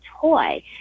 toy